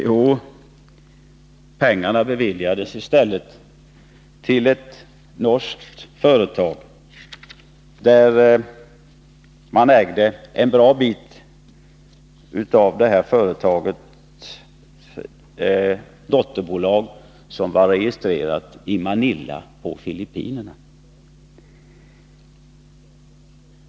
Jo, pengarna beviljades till ett norskt företag, som äger en stor del av ett bolag, registrerat i Manila på Filippinerna.